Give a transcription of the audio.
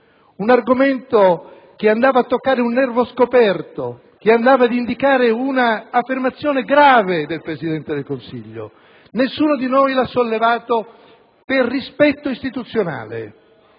era forte, che andava a toccare un nervo scoperto ed indicava un'affermazione grave del Presidente del Consiglio; nessuno di noi lo ha sollevato per rispetto istituzionale.